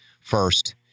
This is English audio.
first